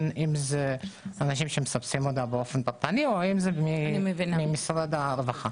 אנשים שמסבסדים אותה באופן אישי או ממשרד הרווחה.